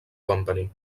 company